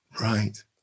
Right